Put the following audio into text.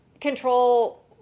control